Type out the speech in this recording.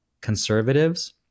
conservatives